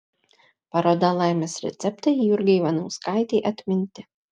paroda laimės receptai jurgai ivanauskaitei atminti